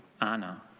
Anna